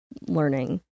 learning